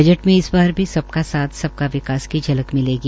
budget में इस बार भी सबका साथ सबका विकास की झलक मिलेगी